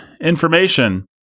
information